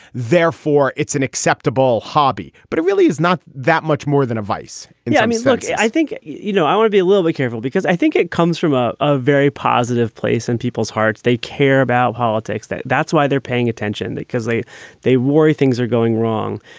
therefore, it's an acceptable hobby, but it really is not that much more than a vice and yeah i mean, so yeah i think, you know, i want to be a little bit careful because i think it comes from ah a very positive place in people's hearts. they care about politics. that's why they're paying attention, because they they worry things are going wrong.